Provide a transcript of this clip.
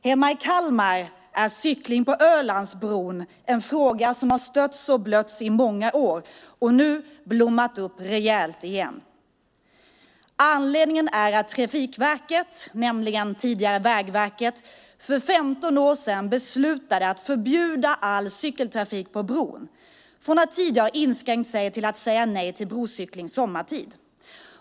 Hemma i Kalmar är cykling på Ölandsbron en fråga som har stötts och blötts i många år och nu blommat upp rejält igen. Anledningen är att Trafikverket, tidigare Vägverket, för 15 år sedan beslutade att förbjuda all cykeltrafik på bron, från att tidigare ha inskränkt sig till att säga nej till brocykling sommartid.